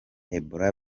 ebola